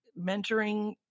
mentoring